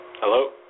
Hello